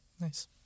nice